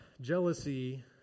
jealousy